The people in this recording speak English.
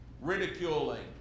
ridiculing